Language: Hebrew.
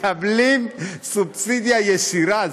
מקבלות סובסידיה ישירה,